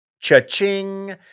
Cha-ching